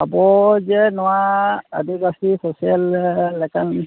ᱟᱵᱚ ᱡᱮ ᱱᱚᱣᱟ ᱟᱹᱫᱤᱵᱟᱹᱥᱤ ᱥᱳᱥᱟᱞ ᱞᱮᱠᱟᱱ